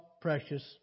precious